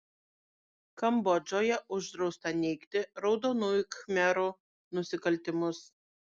kambodžoje uždrausta neigti raudonųjų khmerų nusikaltimus